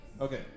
Okay